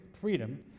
freedom